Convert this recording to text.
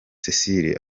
cecile